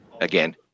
again